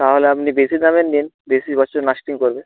তাহলে আপনি বেশি দামের নিন বেশি বছর লাস্টিং করবে